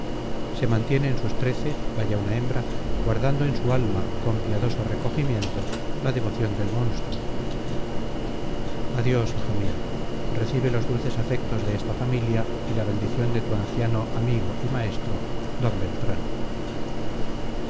se mantiene en sus trece vaya una hembra guardando en su alma con piadoso recogimiento la devoción del monstruo adiós hijo mío recibe los dulces afectos de esta familia y la bendición de tu anciano amigo y maestro d beltrán